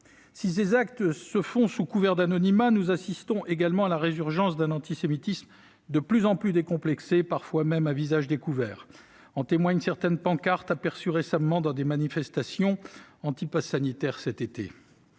de tels actes se font sous le couvert de l'anonymat, nous assistons également à la résurgence d'un antisémitisme de plus en plus décomplexé, parfois même pratiqué à visage découvert. En témoignent certaines pancartes aperçues cet été dans des manifestations anti-passe sanitaire.